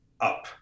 up